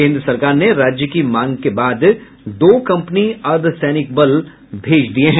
केन्द्र सरकार ने राज्य की मांग के बाद दो कंपनी अर्द्वसैनिक बल भेज दिया है